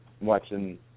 watching